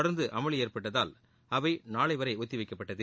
தொடர்ந்து அமளி ஏற்பட்டதால் அவை நாளை வரை ஒத்தி வைக்கப்பட்டது